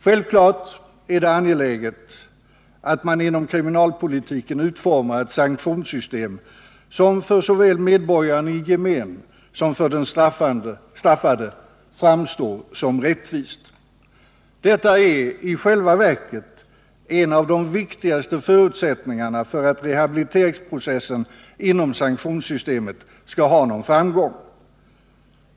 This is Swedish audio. Självklart är det angeläget att man inom kriminalpolitiken utformar ett sanktionssystem som såväl för medborgaren i gemen som för den straffade framstår som rättvist. Detta är i själva verket en av de viktigaste förutsättningarna för att rehabiliteringsprocessen inom sanktionssystemet skall ha någon framgång.